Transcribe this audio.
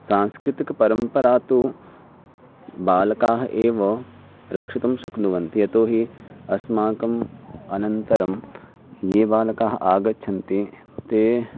सांस्कृतिकपरम्परा तु बालकाः एव रक्षितुं शक्नुवन्ति यतो हि अस्माकम् अनन्तरं ये बालकाः आगच्छन्ति ते